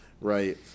right